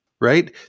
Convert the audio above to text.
right